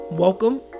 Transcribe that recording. Welcome